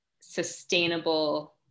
sustainable